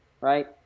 Right